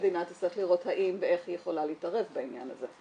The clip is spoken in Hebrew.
המדינה תצטרך לראות האם ואיך היא יכולה להתערב בעניין הזה.